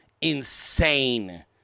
insane